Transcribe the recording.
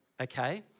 okay